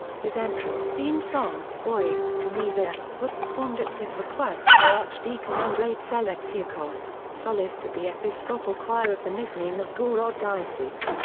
his entrance theme song, oy, to ne vecher, was performed at his request by archdeacon andrey zheleznyakov, solist at the episcopal choir of the nizhny novgorod diocese.